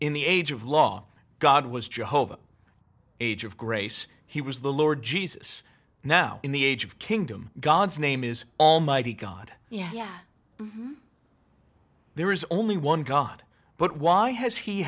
in the age of law god was jova age of grace he was the lord jesus now in the age of kingdom god's name is almighty god yeah there is only one god but why has he